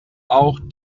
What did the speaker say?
auch